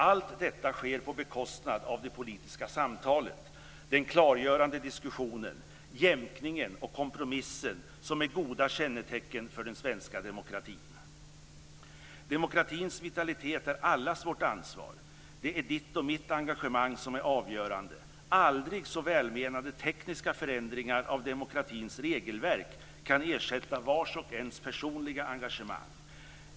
Allt detta sker på bekostnad av det politiska samtalet, den klargörande diskussionen, jämkningen och kompromissen, som är goda kännetecken för den svenska demokratin. Demokratins vitalitet är allas vårt ansvar - det är ditt och mitt engagemang som är avgörande. Aldrig så välmenande tekniska förändringar av demokratins regelverk kan inte ersätta vars och ens personliga engagemang.